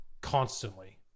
constantly